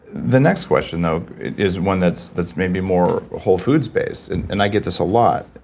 the next question though, is one that's that's maybe more whole foods based. and and i get this a lot.